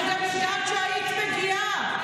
אני גם יודעת שהיית מגיעה,